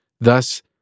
Thus